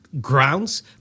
grounds